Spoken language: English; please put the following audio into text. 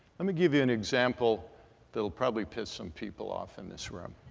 let me give you an example that will probably piss some people off in this room.